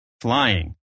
Flying